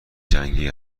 جنگی